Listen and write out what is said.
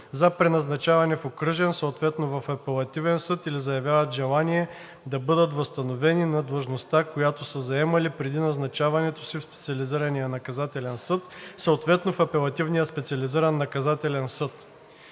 за преназначаване в окръжен, съответно в апелативен съд, или заявяват желание да бъдат възстановени на длъжността, която са заемали преди назначаването си в Специализирания наказателен съд, съответно в Апелативния специализиран наказателен съд.